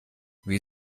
wie